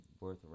worth